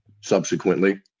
subsequently